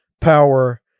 power